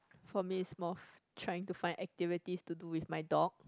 for me is more trying to find activities to do with my dog